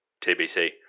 TBC